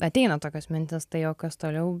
ateina tokios mintys tai o kas toliau